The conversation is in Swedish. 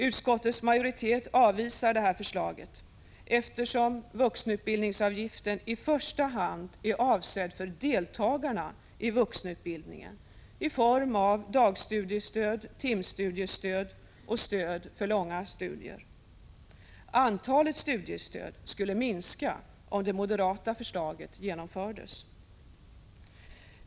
Utskottets majoritet avvisar detta förslag, eftersom vuxenutbildningsavgiften i första hand är avsedd för deltagarna i vuxenutbildningen i form av dagstudiestöd, timstudiestöd och stöd för långa studier. Antalet studiestöd skulle minska om det moderata förslaget genomfördes.